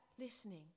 listening